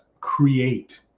create